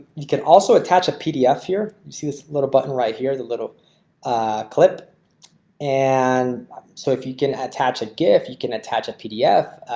you can also attach a pdf here. you see this little button right here the little clip and so if you can attach a gift you can attach a pdf